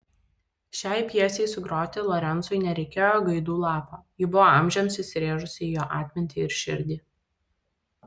šiai pjesei sugroti lorencui nereikėjo gaidų lapo ji buvo amžiams įsirėžusi į jo atmintį ir širdį